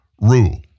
rule